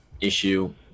issue